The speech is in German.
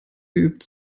geübt